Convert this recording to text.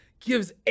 gives